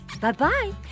Bye-bye